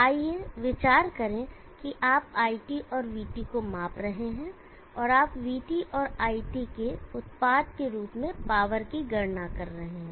आइए विचार करें कि आप iTऔर vT को माप रहे हैं और आप vT और iT के उत्पाद के रूप में पावर की गणना कर रहे हैं